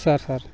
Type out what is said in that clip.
sir sir